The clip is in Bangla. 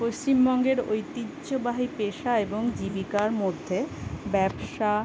পশ্চিমবঙ্গের ঐতিহ্যবাহী পেশা এবং জীবিকার মধ্যে ব্যবসা